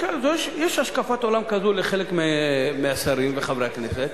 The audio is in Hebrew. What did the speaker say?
יש השקפת עולם כזו לחלק מהשרים וחברי הכנסת,